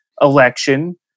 election